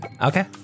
Okay